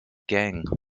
gang